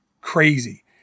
crazy